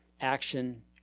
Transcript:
action